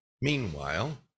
Meanwhile